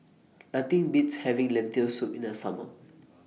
Nothing Beats having Lentil Soup in The Summer